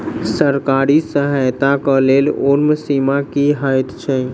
सरकारी सहायता केँ लेल उम्र सीमा की हएत छई?